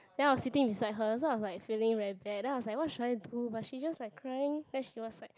then I was sitting beside her so I was like feeling very bad then I was like what should I do but then she just like crying then she was like